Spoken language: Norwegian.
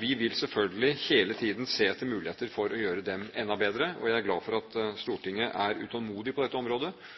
Vi vil selvfølgelig hele tiden se etter muligheter for å gjøre dem enda bedre, og jeg er glad for at Stortinget er utålmodig på dette området